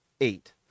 eight